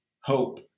hope